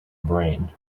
brain